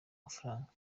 mafaranga